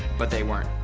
but they weren't.